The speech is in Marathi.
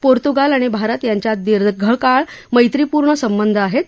पोर्तुगाल आणि भारत यांच्यात दीर्घकाळ मैत्रिपूर्ण संबंध आहप्र